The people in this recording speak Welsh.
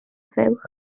fuwch